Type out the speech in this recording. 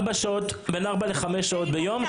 בין ארבע לחמש שעות ביום,